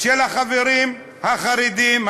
של החברים החרדים,